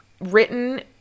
written